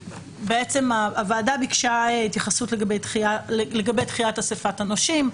הוועד הביקשה התייחסות לגבי דחיית אסיפת הנושים,